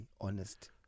honest